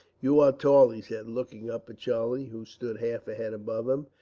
you are tall, he said, looking up at charlie, who stood half a head above him,